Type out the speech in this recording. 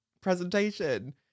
presentation